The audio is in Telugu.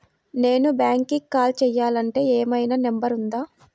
నేను బ్యాంక్కి కాల్ చేయాలంటే ఏమయినా నంబర్ ఉందా?